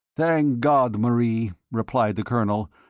thank god, marie, replied the colonel,